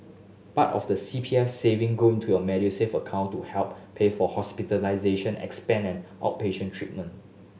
part of the C P F saving go into your Medisave account to help pay for hospitalization expense and outpatient treatment